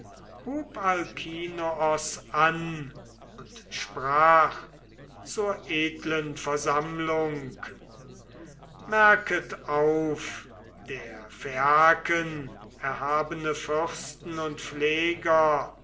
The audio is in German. hub alkinoos an und redete zu der versammlung merket auf der phaiaken erhabene fürsten und pfleger